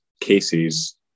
cases